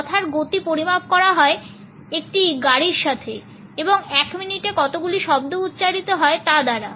কথার গতি পরিমাপ করা হয় একটি গাড়ির সাথে এবং এক মিনিটে কতগুলি শব্দ উচ্চারিত হয় তা দ্বারা